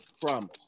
Promise